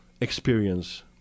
Experience